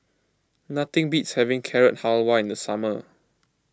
nothing beats having Carrot Halwa in the summer